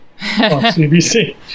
CBC